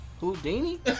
Houdini